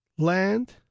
Land